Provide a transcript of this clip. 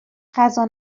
غذا